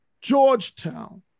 Georgetown